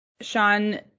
Sean